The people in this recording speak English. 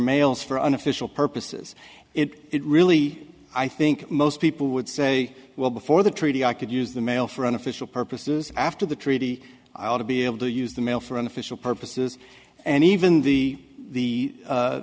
mails for an official purposes it really i think most people would say well before the treaty i could use the mail for unofficial purposes after the treaty i want to be able to use the mail for an official purposes and even the